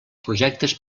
projectes